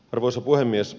arvoisa puhemies